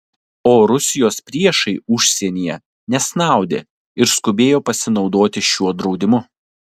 o rusijos priešai užsienyje nesnaudė ir skubėjo pasinaudoti šiuo draudimu